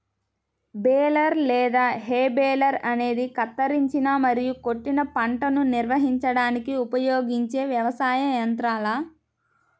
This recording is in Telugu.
బేలర్ లేదా హే బేలర్ అనేది కత్తిరించిన మరియు కొట్టిన పంటను నిర్వహించడానికి ఉపయోగించే వ్యవసాయ యంత్రాల